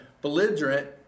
belligerent